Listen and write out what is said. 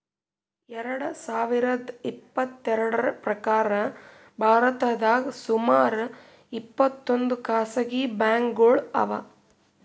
ಎರಡ ಸಾವಿರದ್ ಇಪ್ಪತ್ತೆರಡ್ರ್ ಪ್ರಕಾರ್ ಭಾರತದಾಗ್ ಸುಮಾರ್ ಇಪ್ಪತ್ತೊಂದ್ ಖಾಸಗಿ ಬ್ಯಾಂಕ್ಗೋಳು ಅವಾ